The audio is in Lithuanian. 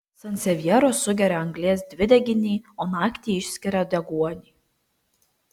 sansevjeros sugeria anglies dvideginį o naktį išskiria deguonį